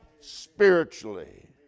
spiritually